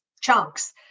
chunks